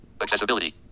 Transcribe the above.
Accessibility